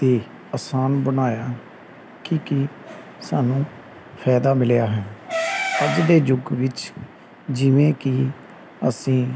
ਦੀ ਅਸਾਨ ਬਣਾਇਆ ਕੀ ਕੀ ਸਾਨੂੰ ਫਾਇਦਾ ਮਿਲਿਆ ਹੈ ਅੱਜ ਦੇ ਯੁੱਗ ਵਿੱਚ ਜਿਵੇਂ ਕਿ ਅਸੀਂ